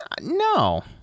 no